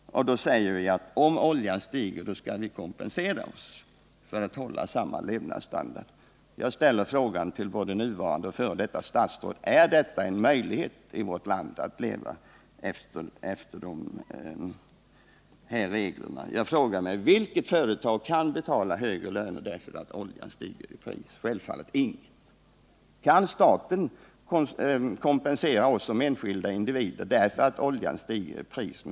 Då säger man: Om oljan stiger skall vi kompensera oss för att kunna hålla samma levnadsstandard. Jag ställer frågan till både nuvarande och f. d. statsråd: Är det möjligt för oss i vårt land att leva efter de reglerna? Jag frågar mig: Vilket företag kan betala högre löner därför att oljan stiger i pris? Självfallet inget! Kan staten kompensera oss som enskilda individer därför att oljan stiger i pris?